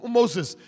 Moses